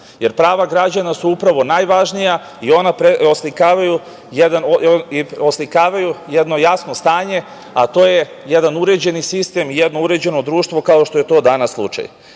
jer prava građana su upravo najvažnija i ona oslikavaju jedno jasno stanje, a to je jedan uređeni sistem, jedno uređeno društvo, kao što je to danas slučaj. Danas